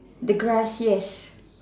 the grass yes